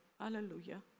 Hallelujah